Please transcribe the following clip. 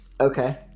Okay